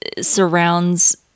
surrounds